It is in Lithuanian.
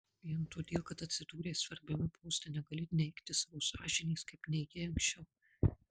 vien todėl kad atsidūrei svarbiame poste negali neigti savo sąžinės kaip neigei anksčiau